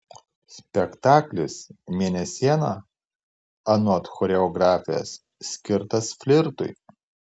spektaklis mėnesiena anot choreografės skirtas flirtui